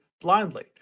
blindly